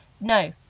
No